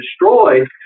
destroyed